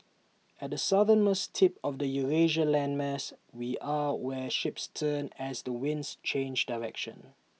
at the southernmost tip of the Eurasia landmass we are where ships turn as the winds change direction